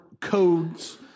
codes